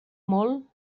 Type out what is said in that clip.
molt